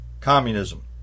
communism